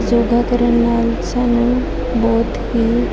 ਯੋਗਾ ਕਰਨ ਨਾਲ ਸਾਨੂੰ ਬਹੁਤ ਹੀ